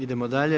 Idemo dalje.